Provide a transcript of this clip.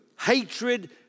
hatred